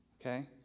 Okay